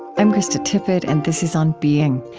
i'm krista tippett, and this is on being.